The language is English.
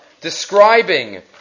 describing